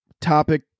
topic